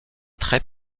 très